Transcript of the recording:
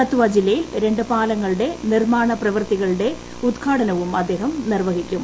കത്തുവ ജില്ലയിൽ രണ്ട് പാലങ്ങളുടെ നിർമ്മാണ പ്രവർത്തികളുടെ ഉദ്ഘാടനം അദ്ദേഹം നിർവ്വഹിക്കും